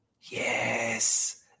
yes